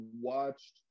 watched